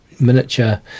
miniature